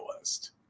list